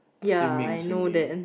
swimming swimming